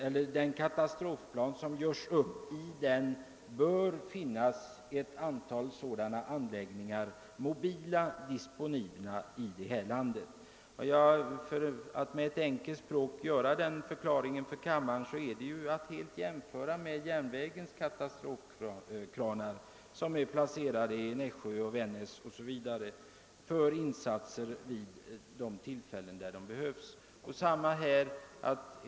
I den katastrofplan som görs upp bör ingå att ett antal sådana mobila anläggningar finns disponibla. Man kan här jämföra med järnvägens katastrofkranar som är placerade i Nässjö, Vännäs etc. och som kan tas i bruk vid tillfällen då så behövs.